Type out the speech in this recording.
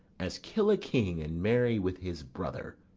as kill a king and marry with his brother.